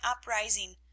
uprising